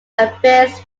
affairs